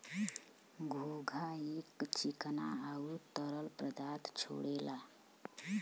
घोंघा एक चिकना आउर तरल पदार्थ छोड़ेला